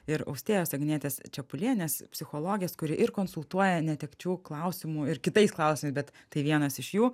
ir austėjos agnietės čepulienės psichologės kuri ir konsultuoja netekčių klausimu ir kitais klausimais bet tai vienas iš jų